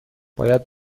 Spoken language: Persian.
باید